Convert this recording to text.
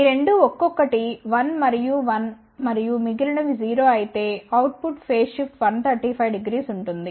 ఈ 2 ఒక్కొక్కటి 1 మరియు 1 మరియు మిగిలినవి 0 అయితే అవుట్ పుట్ ఫేజ్ షిఫ్ట్ 1350 ఉంటుంది